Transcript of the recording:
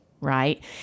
right